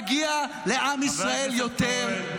מגיע לעם ישראל יותר.